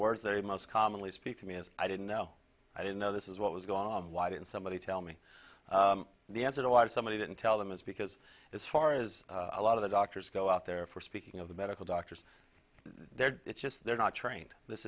they most commonly speak to me is i didn't know i didn't know this is what was going on why didn't somebody tell me the answer to why somebody didn't tell them is because as far as a lot of the doctors go out there for speaking of the medical doctors there it's just they're not trained this